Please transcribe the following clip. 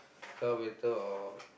car better or